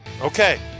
okay